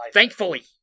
Thankfully